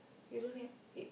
you don't need